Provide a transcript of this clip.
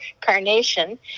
carnation